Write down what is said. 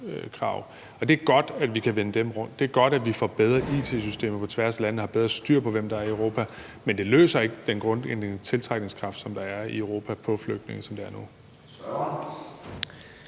Det er godt, at vi kan vende dem rundt. Det er godt, at vi får bedre it-systemer på tværs af landene og har bedre styr på, hvem der er i Europa, men det løser ikke den grundlæggende tiltrækningskraft, som Europa har på flygtninge, som det er nu.